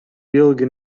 ilgi